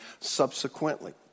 subsequently